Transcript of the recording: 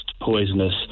poisonous